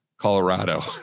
Colorado